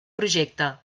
projecte